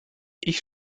ich